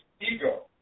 ego